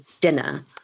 dinner